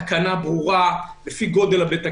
תקנה ברורה, לפי גודל בית הכנסת,